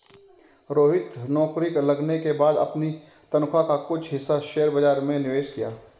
रोहित नौकरी लगने के बाद अपनी तनख्वाह का कुछ हिस्सा शेयर बाजार में निवेश किया